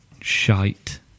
shite